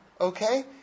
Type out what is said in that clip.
Okay